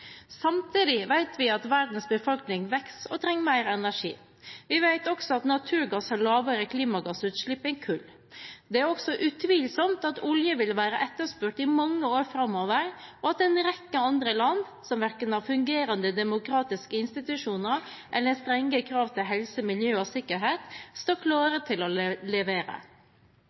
Samtidig vet vi at verdens befolkning vokser og trenger mer energi. Vi vet også at naturgass har lavere klimagassutslipp enn kull. Det er også utvilsomt at olje vil være etterspurt i mange år framover, og at en rekke andre land, som verken har fungerende demokratiske institusjoner eller strenge krav til helse, miljø og sikkerhet, står klare til å levere.